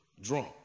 drunk